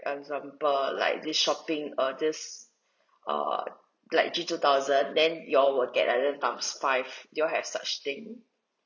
example like this shopping uh this err like G two thousand then you all will get another times five do you all have such thing